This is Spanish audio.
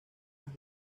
las